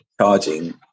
charging